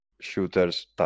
shooters